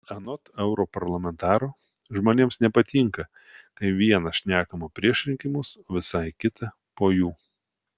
anot europarlamentaro žmonėms nepatinka kai viena šnekama prieš rinkimus o visai kita po jų